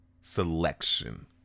selection